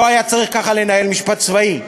לא היה צריך לנהל ככה משפט צבאי.